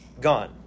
gone